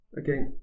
Okay